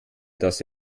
dass